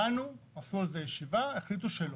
דנו, עשו על זה ישיבה והחליטו שלא.